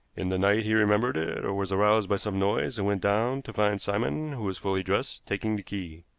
in the night he remembered it, or was aroused by some noise, and went down to find simon, who was fully dressed, taking the key.